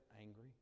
angry